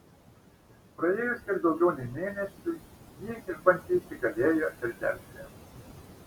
praėjus kiek daugiau nei mėnesiui jį išbandyti galėjo ir delfi